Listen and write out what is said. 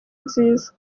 nziza